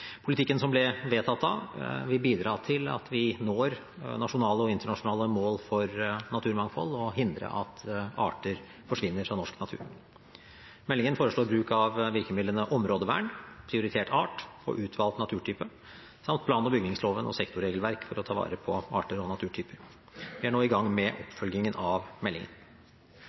Politikken som ble vedtatt da, vil bidra til at vi når nasjonale og internasjonale mål for naturmangfold, og hindre at arter forsvinner fra norsk natur. Meldingen foreslår bruk av virkemidlene områdevern, prioritert art og utvalgt naturtype samt plan- og bygningsloven og sektorregelverk for å ta vare på arter og naturtyper. Vi er nå i gang med oppfølgingen av meldingen.